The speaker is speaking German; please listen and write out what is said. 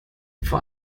vor